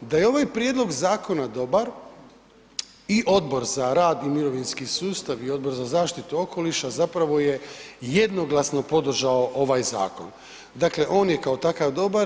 Da je ovaj prijedlog zakona dobar i Odbor za rad i mirovinski sustav i Odbor za zaštitu okoliša zapravo je jednoglasno podržao ovaj zakon, dakle on je kao takav dobar.